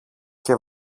και